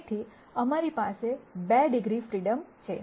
તેથી અમારી પાસે 2 ડિગ્રી ફ્રીડમ છે